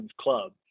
club